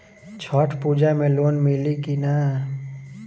छठ पूजा मे लोन मिली की ना?